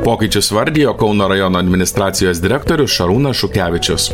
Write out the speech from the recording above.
pokyčius vardijo kauno rajono administracijos direktorius šarūnas šukevičius